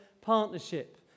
partnership